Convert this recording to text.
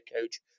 coach